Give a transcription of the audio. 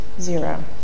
zero